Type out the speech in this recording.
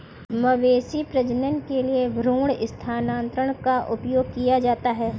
मवेशी प्रजनन के लिए भ्रूण स्थानांतरण का उपयोग किया जाता है